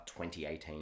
2018